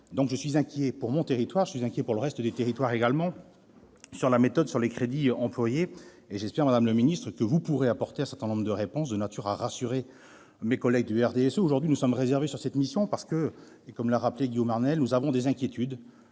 Je suis inquiet pour mon territoire, comme je le suis pour le reste des territoires d'outre-mer, compte tenu de la méthode employée et des crédits engagés. J'espère, madame la ministre, que vous pourrez apporter un certain nombre de réponses de nature à rassurer mes collègues du groupe du RDSE. Aujourd'hui, nous sommes réservés sur cette mission parce que, comme l'a rappelé Guillaume Arnell, nous avons ces inquiétudes.